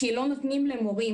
כי לא נותנים למורים,